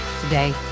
Today